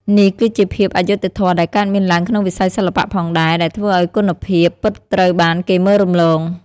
នេះគឺជាភាពអយុត្តិធម៌ដែលកើតមានឡើងក្នុងវិស័យសិល្បៈផងដែរ ដែលធ្វើឲ្យគុណភាពពិតត្រូវបានគេមើលរំលង។